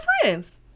friends